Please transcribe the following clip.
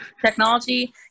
Technology